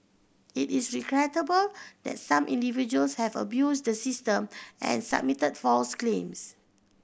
it is regrettable that some individuals have abused the system and submitted false claims